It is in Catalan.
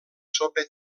sopa